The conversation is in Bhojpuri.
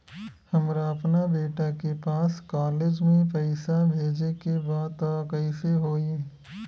हमरा अपना बेटा के पास कॉलेज में पइसा बेजे के बा त कइसे होई?